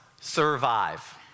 Survive